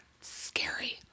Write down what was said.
scary